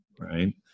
right